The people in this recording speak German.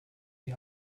die